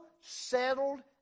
settled